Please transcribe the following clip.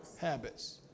habits